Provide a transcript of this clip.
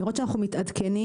לראות שאנחנו מתעדכנים,